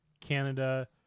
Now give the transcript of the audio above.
Canada